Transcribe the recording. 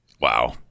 Wow